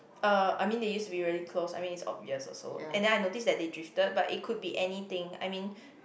uh I mean they used to be really close I mean it's obvious also and then I noticed that they drifted but it could be anything I mean